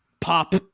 pop